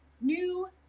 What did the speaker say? new